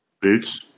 Boots